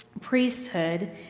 priesthood